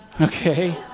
Okay